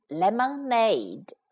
lemonade